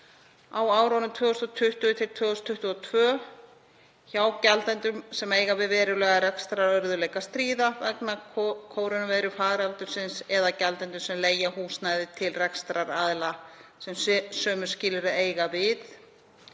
á árunum 2020–2022 hjá gjaldendum sem eiga við verulega rekstrarörðugleika að stríða vegna kórónuveirufaraldursins eða gjaldendum sem leigja húsnæði til rekstraraðila sem sömu skilyrði eiga við,